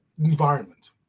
environment